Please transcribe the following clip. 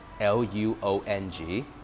L-U-O-N-G